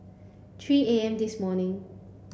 three A M this morning